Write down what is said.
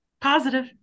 Positive